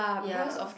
ya